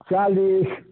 चालीस